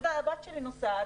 הבת שלי נוסעת,